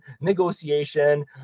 negotiation